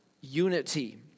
unity